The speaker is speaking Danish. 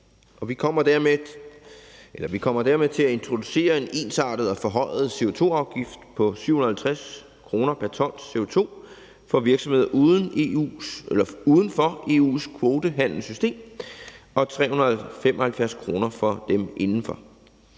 Vi kommer dermed til at introducere en ensartet og forhøjet CO2-afgift på 750 kr. pr. t CO2 for virksomheder uden for EU's kvotehandelssystem og 375 kr. for dem inden for.